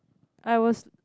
I was